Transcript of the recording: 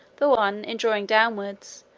the one in drawing downwards,